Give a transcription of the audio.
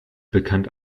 bekannt